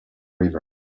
river